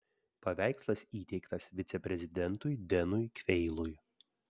paveikslas įteiktas viceprezidentui denui kveilui